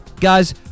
Guys